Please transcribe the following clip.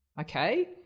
okay